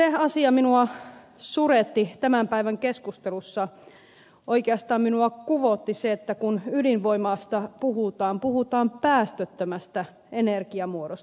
se asia minua suretti tämän päivän keskustelussa oikeastaan minua kuvotti se että kun ydinvoimasta puhutaan puhutaan päästöttömästä energiamuodosta